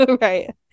Right